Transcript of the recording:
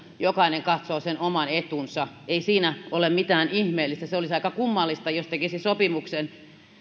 jokainen katsoo sen oman etunsa ei siinä ole mitään ihmeellistä se olisi aika kummallista jos tekisi sopimuksen